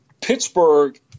Pittsburgh